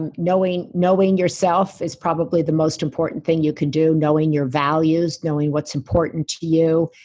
and knowing knowing yourself is probably the most important thing you can do, knowing your values, knowing what's important to you,